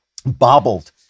bobbled